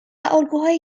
الگوهای